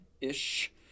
ish